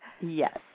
Yes